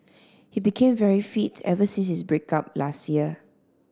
he became very fit ever since his break up last year